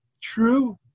true